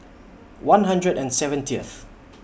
one hundred and seventieth